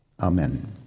Amen